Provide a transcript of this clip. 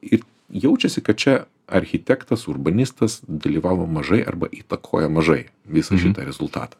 ir jaučiasi kad čia architektas urbanistas dalyvavo mažai arba įtakoja mažai visą šitą rezultatą